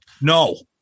No